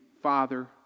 Father